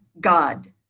God